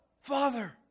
Father